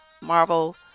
Marvel